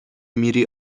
میری